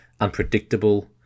unpredictable